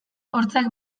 hortzak